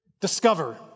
Discover